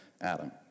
Adam